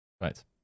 Right